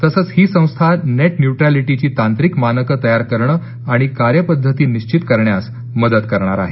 तसंच ही संस्था नेट न्युट्रलिटीची तांत्रिक मानके तयार करणे आणि कार्यपद्धती निश्वित करण्यास मदत करेल